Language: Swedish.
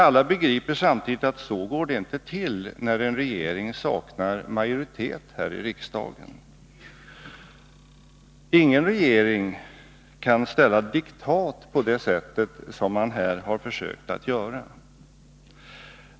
Alla begriper samtidigt att så går det inte till när en regering saknar majoritet här i riksdagen. Ingen regering kan ställa upp diktat på det sätt som man här försökt att göra.